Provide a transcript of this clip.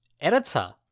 editor